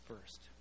first